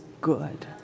good